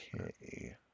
okay